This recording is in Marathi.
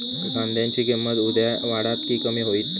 कांद्याची किंमत उद्या वाढात की कमी होईत?